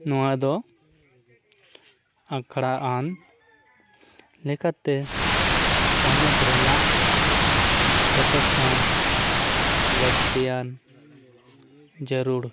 ᱱᱚᱣᱟ ᱫᱚ ᱟᱠᱷᱲᱟ ᱟᱱ ᱞᱮᱠᱟᱛᱮ ᱯᱚᱱᱚᱛ ᱨᱮᱱᱟᱜ ᱡᱚᱛᱚᱠᱷᱚᱱ ᱞᱟᱹᱠᱛᱤᱭᱟᱱ ᱡᱟᱹᱨᱩᱲ